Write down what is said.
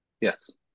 Yes